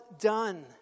done